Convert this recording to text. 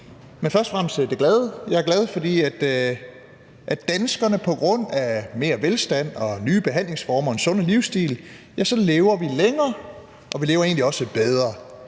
Men først og fremmest det glade: Jeg er glad, fordi vi som danskere på grund af mere velstand, nye behandlingsformer og en sundere livsstil lever længere, og vi lever egentlig også bedre.